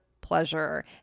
pleasure